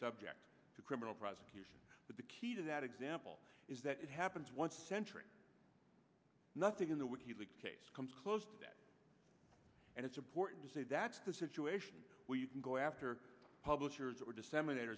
subject to criminal prosecution but the key to that example is that it happens once a century nothing in the wiki leaks case comes close to that and it's important to say that's the situation where you can go after publishers or disseminat